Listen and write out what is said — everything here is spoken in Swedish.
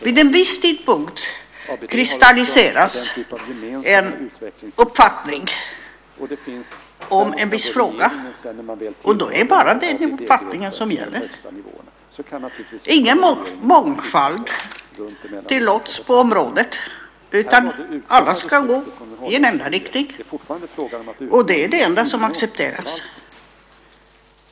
Vid en viss tidpunkt kristalliseras en uppfattning om en viss fråga, och då är det bara den uppfattningen som gäller. Ingen mångfald tillåts på området, utan alla ska gå i en enda riktning, och det är det enda som accepteras.